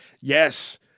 Yes